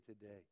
today